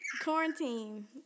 Quarantine